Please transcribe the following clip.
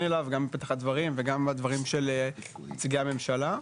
אליו בפתח הדברים ובדברים של נציגי הממשלה.